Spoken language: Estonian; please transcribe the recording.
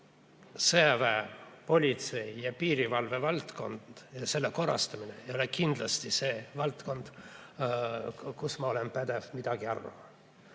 Sõjaväe, politsei ja piirivalve valdkond ja selle korrastamine ei ole kindlasti see valdkond, kus ma olen pädev midagi arvama.